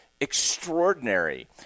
extraordinary